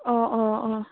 अ अ अ